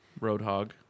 Roadhog